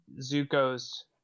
Zuko's